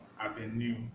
avenue